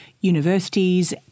universities